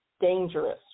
dangerous